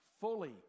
fully